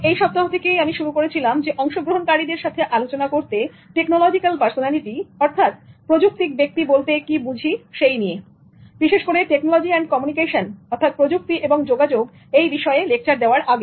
এই সপ্তাহ থেকে আমি শুরু করেছিলাম অংশগ্রহণকারীদের সাথে আলোচনা করতে টেকনোলজিক্যাল পার্সোনালিটি অর্থাৎ প্রযুক্তিক ব্যক্তি বলতে আমরা কি বুঝি সেই নিয়ে বিশেষ করে টেকনোলজি অ্যন্ড কমিউনিকেশন অর্থাৎ প্রযুক্তি এবং যোগাযোগ এই বিষয়ে লেকচার দেওয়ার আগে